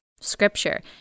scripture